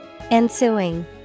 Ensuing